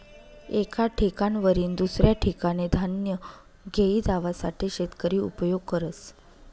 एक ठिकाणवरीन दुसऱ्या ठिकाने धान्य घेई जावासाठे शेतकरी उपयोग करस